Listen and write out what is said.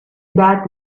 that